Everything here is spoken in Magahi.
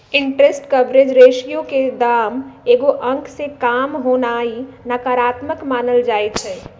इंटरेस्ट कवरेज रेशियो के दाम एगो अंक से काम होनाइ नकारात्मक मानल जाइ छइ